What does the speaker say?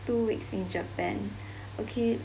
two weeks in japan okay